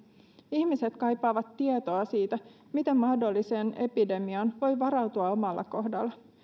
ihmiset kaipaavat tietoa siitä miten mahdolliseen epidemiaan voi varautua omalla kohdalla